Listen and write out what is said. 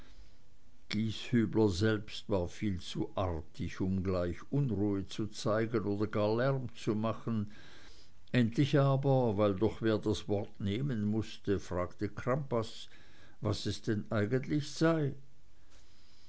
gieshübler selbst war viel zu artig um gleich unruhe zu zeigen oder gar lärm zu machen endlich aber weil doch wer das wort nehmen mußte fragte crampas was es denn eigentlich sei